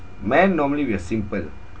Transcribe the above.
man normally we are simple